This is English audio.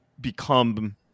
become